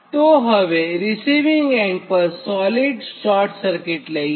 તો હવે પછી રિસીવીંગ એન્ડ પર સોલિડ શોર્ટ સર્કિટ લઈએ